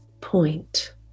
point